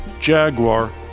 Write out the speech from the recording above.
Jaguar